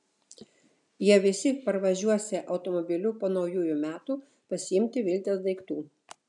jie visi parvažiuosią automobiliu po naujųjų metų pasiimti viltės daiktų